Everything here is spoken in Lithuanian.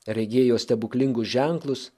regėjo stebuklingus ženklus